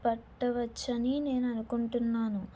పట్టవచ్చని నేను అనుకుంటున్నాను